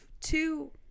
two